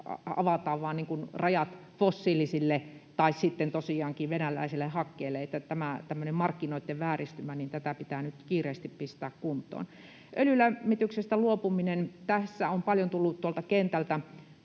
avataan rajat fossiilisille tai sitten tosiaankin venäläiselle hakkeelle. Tätä tämmöistä markkinoiden vääristymää pitää nyt kiireesti pistää kuntoon. Öljylämmityksestä luopuminen: Tästä on tullut kentältä